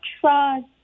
trust